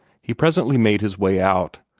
he presently made his way out,